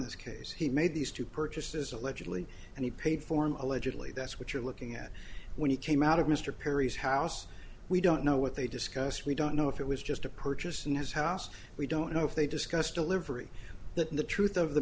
this case he made these two purchases allegedly and he paid form a legit lead that's what you're looking at when he came out of mr perry's house we don't know what they discussed we don't know if it was just a purchase in his house we don't know if they discussed delivery that the truth of the